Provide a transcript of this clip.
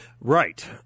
Right